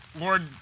Lord